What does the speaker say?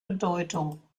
bedeutung